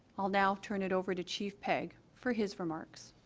i'll now turn it over to chief pegg for his remarks.